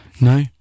No